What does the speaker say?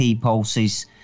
pulses